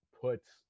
puts